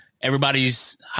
everybody's